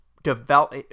develop